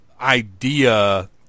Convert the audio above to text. idea